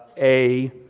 a